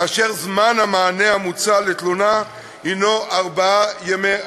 כאשר זמן המענה המוצע על תלונה הוא ארבעה ימי עבודה.